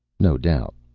no doubt.